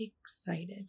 excited